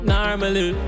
Normally